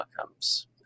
outcomes